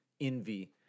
envy